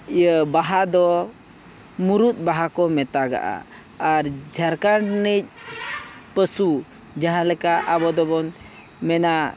ᱤᱭᱟᱹ ᱵᱟᱦᱟ ᱫᱚ ᱢᱩᱨᱩᱫ ᱵᱟᱦᱟ ᱠᱚ ᱢᱮᱛᱟᱜᱟᱜᱼᱟ ᱟᱨ ᱡᱷᱟᱲᱠᱷᱚᱸᱰ ᱨᱤᱱᱤᱡ ᱯᱚᱥᱩ ᱡᱟᱦᱟᱸ ᱞᱮᱠᱟ ᱟᱵᱚᱫᱚᱵᱚᱱ ᱢᱮᱱᱟ